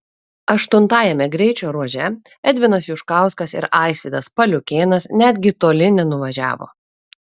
aštuntajame greičio ruože edvinas juškauskas ir aisvydas paliukėnas netgi toli nenuvažiavo